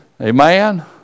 Amen